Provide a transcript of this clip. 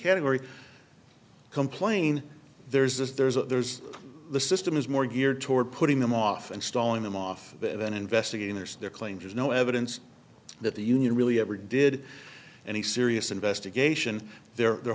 category complain there's this there's a there's the system is more geared toward putting them off and stalling them off their own investigators their claim there's no evidence that the union really ever did and he serious investigation their